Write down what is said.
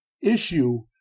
issue